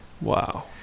Wow